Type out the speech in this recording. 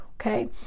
okay